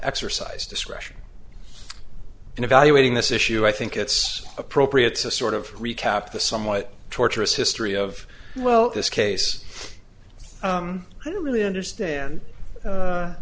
exercise discretion in evaluating this issue i think it's appropriate to sort of recap the somewhat torturous history of well this case i don't really understand